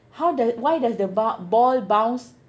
how does why does the bar~ ball bounce